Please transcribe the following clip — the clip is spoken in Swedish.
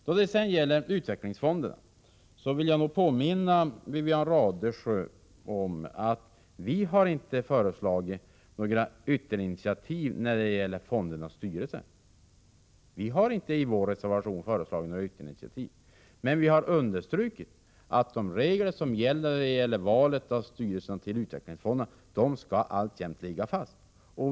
Då det sedan gäller utvecklingsfonderna vill jag påminna Wivi-Anne Radesjö om att vi i vår reservation inte föreslagit några ytterligare initiativ när det gäller fondernas styrelser. Vi har understrukit att de regler som gäller för val av styrelseledamöter i utvecklingsfonderna alltjämt skall ligga fast.